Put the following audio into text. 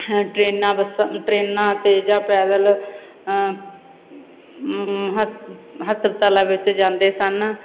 ਟਰੇਨਾਂ ਬੱਸਾਂ ਟਰੇਨਾਂ 'ਤੇ ਜਾਂ ਪੈਦਲ ਹਸ ਹਸਪਤਾਲਾਂ ਵਿੱਚ ਜਾਂਦੇ ਸਨ